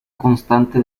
constante